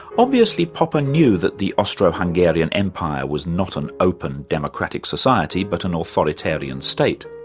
obviously, popper knew that the austro-hungarian empire was not an open, democratic society but an authoritarian state.